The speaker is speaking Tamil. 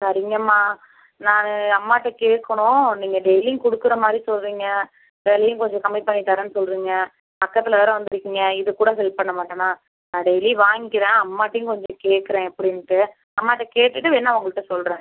சரிங்கம்மா நான் அம்மாகிட்ட கேட்கணும் நீங்கள் டெய்லியும் கொடுக்குற மாதிரி சொல்லுறீங்க விலையும் கொஞ்சம் கம்மிப்பண்ணி தரேனு சொல்றீங்க பக்கத்தில் வேறு வந்திருக்கீங்க இது கூட ஹெல்ப் பண்ண மாட்டேனா நான் டெய்லி வாங்கிக்கிறேன் அம்மாகிட்டையும் கொஞ்சம் கேட்கறேன் எப்படின்ட்டு அம்மாகிட்ட கேட்டுகிட்டு வேணால் உங்கள்கிட்ட சொல்கிறேன்